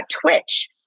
Twitch